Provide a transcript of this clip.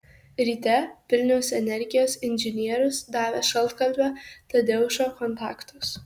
ryte vilniaus energijos inžinierius davė šaltkalvio tadeušo kontaktus